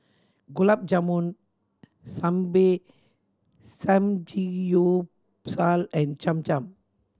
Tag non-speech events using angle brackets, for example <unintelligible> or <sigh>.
Gulab Jamun <unintelligible> Samgeyopsal and Cham Cham